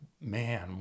man